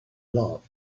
loved